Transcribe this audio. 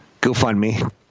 GoFundMe